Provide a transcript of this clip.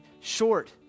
short